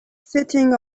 sitting